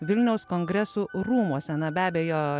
vilniaus kongresų rūmuose na be abejo